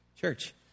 Church